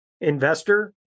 investor